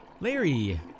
Larry